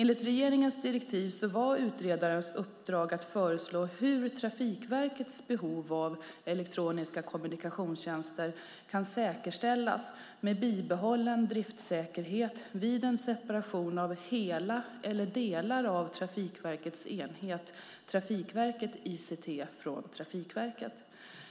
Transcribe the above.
Enligt regeringens direktiv var utredarens uppdrag att föreslå hur Trafikverkets behov av elektroniska kommunikationstjänster kan säkerställas med bibehållen driftsäkerhet vid en separation av hela eller delar av Trafikverkets enhet Trafikverket ICT från Trafikverket.